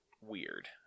weird